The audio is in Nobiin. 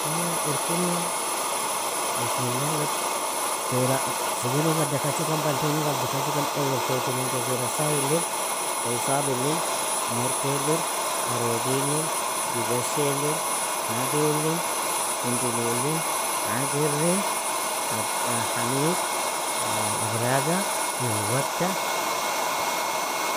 Yala irkunna بسم الله lo tora sigirog adda kachikan, bantonug adda kachikan owl tochinan, جزيرة صايilin, saisabilin, morkeilin, arodinin, dibashailin, adulin, kundululin, agirrin, fad_hamid, abraga nilwata.